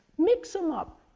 mix them up,